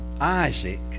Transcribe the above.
Isaac